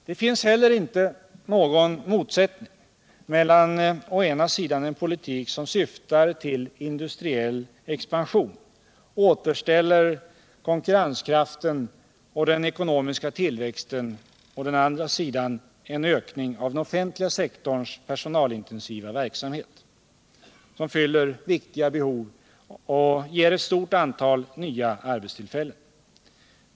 Det finns inte heller någon motsättning mellan å ena sidan en politik som syftar till industriell expansion och återställande av konkurrenskraften och den ekonomiska tillväxten och å andra sidan en politik som innebär en ökning av den offentliga sektorns personalintensiva verksamhet, som fyller viktiga behov och ger ett stort antal nya arbetstillfällen.